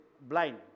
blind